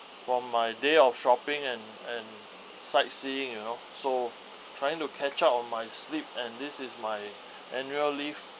for my day of shopping and and sightseeing you know so trying to catch up on my sleep and this is my annual leave